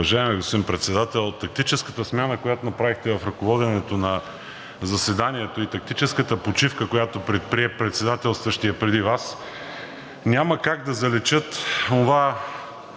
господин Председател, тактическата смяна, която направихте в ръководенето на заседанието, и тактическата почивка, която предприе председателстващият преди Вас, няма как да заличат това,